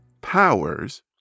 powers